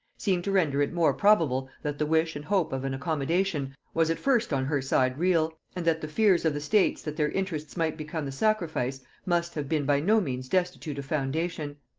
seem to render it more probable that the wish and hope of an accommodation was at first on her side real and that the fears of the states that their interests might become the sacrifice, must have been by no means destitute of foundation.